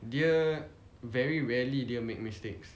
dia very rarely dia make mistakes